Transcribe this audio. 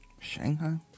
Shanghai